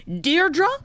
Deirdre